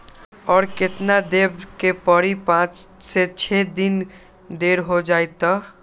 और केतना देब के परी पाँच से छे दिन देर हो जाई त?